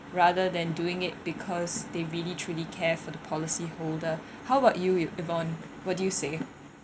rather than doing it because they really truly care for the policy holder how about you yvonne what do you say